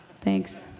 thanks